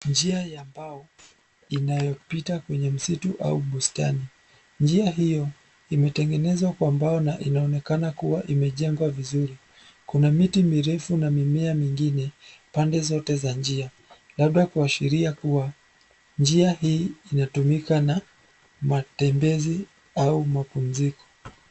Njia ya mbao inayopita kwenye msitu au bustani. Njia hiyo imetengenezwa kwa mbao na inaonekana kuwa imejengwa vizuri. Kuna miti mirefu na mimea mingine pande zote za njia. Labda kuashiria kuwa njia hii inatumiwa kwa matembezi au mapumziko.